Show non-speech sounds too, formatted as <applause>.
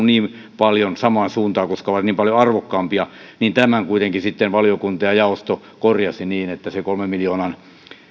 <unintelligible> niin paljon samaan suuntaan koska ne ovat niin paljon arvokkaampia tämän kuitenkin sitten valiokunta ja jaosto korjasivat niin että se